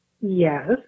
Yes